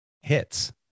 hits